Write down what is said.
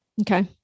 Okay